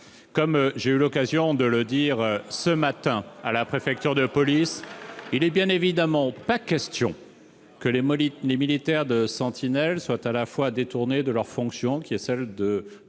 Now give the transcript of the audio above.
comme j'ai eu l'occasion de le dire ce matin à la préfecture de police, il n'est bien évidemment pas question que les militaires de Sentinelle soient détournés de leur fonction, qui est de